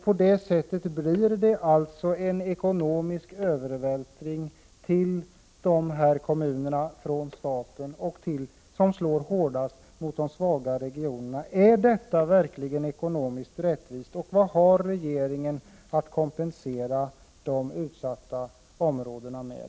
På det sättet görs det alltså en kostnadsövervältring från staten till dessa kommuner, och det slår hårdast mot de svaga regionerna. Är detta verkligen ekonomiskt rättvist? Vad har regeringen att kompensera de utsatta områdena med?